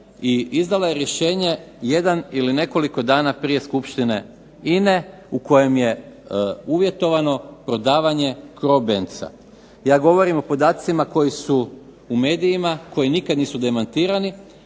i izdala je rješenje jedan ili nekoliko dana prije Skupštine INA-e u kojem je uvjetovano prodavanje Krobenca. Ja govorim o podacima koji su u medijima, koji nikada nisu demantirani.